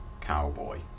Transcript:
cowboy